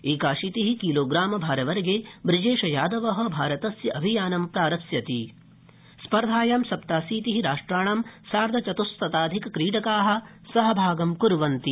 एकाशीति किलोग्रामभारवर्गे बृजेशयादव भारतस्य अभियान प्रारप्स्यति स्पर्धाया सप्ताशीति राष्ट्राणा सार्ध चतुशताधिकक्रीडका सहभागं कुर्वन्ति